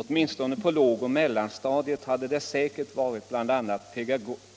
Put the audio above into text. Åtminstone på lågoch mellanstadiet hade det säkert varit bl.a.